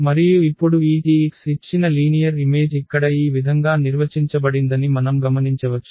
మరియు ఇప్పుడు ఈ T x ఇచ్చిన లీనియర్ ఇమేజ్ ఇక్కడ ఈ విధంగా నిర్వచించబడిందని మనం గమనించవచ్చు